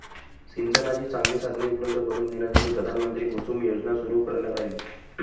सिंचनाची चांगली साधने उपलब्ध करून देण्यासाठी प्रधानमंत्री कुसुम योजना सुरू करण्यात आली